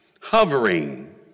hovering